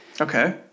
Okay